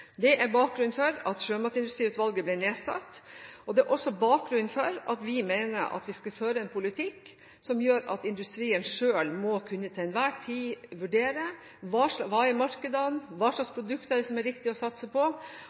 Det er bakgrunnen for at Sjømatindustriutvalget ble nedsatt, og det er også bakgrunnen for at vi mener at vi skal føre en politikk som gjør at industrien selv til enhver tid må kunne vurdere hva markedene er, hva slags produkter det er riktig å satse på,